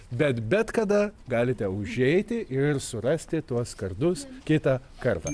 bet bet kada galite užeiti ir surasti tuos kardus kitą kartą